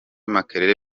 makerere